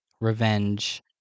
revenge